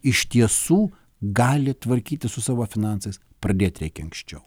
iš tiesų gali tvarkytis su savo finansais pradėti reikia anksčiau